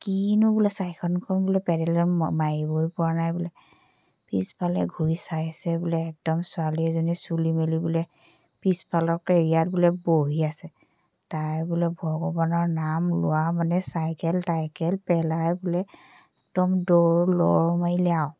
কিনো বোলে চাইকেলখন পেডেল ম মাৰিবই পৰা নাই বোলে পিছফালে ঘূৰি চাইছে বোলে একদম ছোৱালী এজনী চুলি মেলি বোলে পিছফালৰ কেৰিয়াৰত বোলে বহি আছে তাই বোলে ভগৱানৰ নাম লোৱা মানে চাইকেল তাইকেল পেলাই বোলে একদম দৌৰ লৰ মাৰিলে আৰু